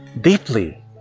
deeply